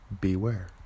beware